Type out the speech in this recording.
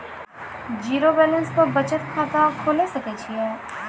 Zero balance पर बचत खाता खोले सकय छियै?